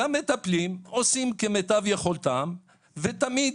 המטפלים עושים כמיטב יכולתם ותמיד